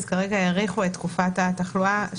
כרגע האריכו את תקופת התחלואה,